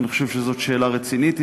אני חושב שזו שאלה רצינית,